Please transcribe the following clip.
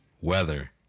weather